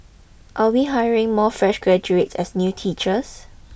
are we hiring more fresh graduates as new teachers